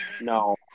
No